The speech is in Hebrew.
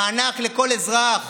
מענק לכל אזרח,